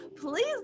Please